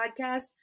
podcast